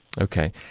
Okay